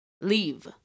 Leave